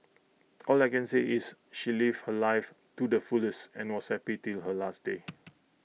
all I can say is she lived her life too the fullest and was happy till her last day